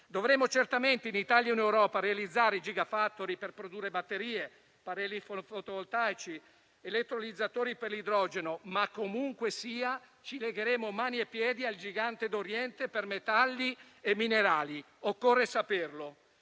dovremo certamente realizzare *gigafactory* per produrre batterie, pannelli fotovoltaici, elettrolizzatori per idrogeno, ma comunque sia ci legheremo mani e piedi al gigante d'Oriente per metalli e minerali. Occorre saperlo.